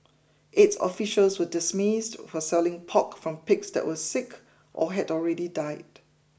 eight officials were dismissed for selling pork from pigs that were sick or had already died